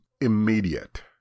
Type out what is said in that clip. immediate